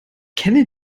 kenne